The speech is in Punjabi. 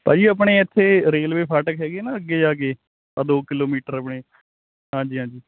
ਭਾਅ ਜੀ ਆਪਣੇ ਇੱਥੇ ਰੇਲਵੇ ਫਾਟਕ ਹੈਗੇ ਆ ਨਾ ਅੱਗੇ ਜਾ ਕੇ ਇਹ ਦੋ ਕਿਲੋਮੀਟਰ ਆਪਣੇ ਹਾਂਜੀ ਹਾਂਜੀ